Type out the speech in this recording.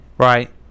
Right